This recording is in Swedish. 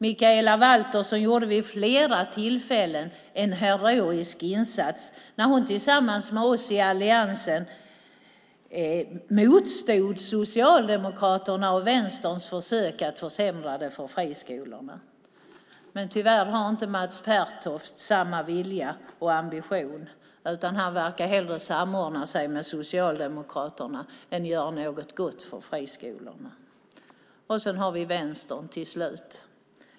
Mikaela Valtersson gjorde vid flera tillfällen en heroisk insats tillsammans med oss i alliansen och motstod Socialdemokraternas och Vänsterns försök att försämra det för friskolorna. Men tyvärr har inte Mats Pertoft samma vilja och ambition. Han verkar hellre samordna sig med Socialdemokraterna än göra något gott för friskolorna. Och sen har vi Vänstern till slut.